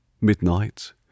midnight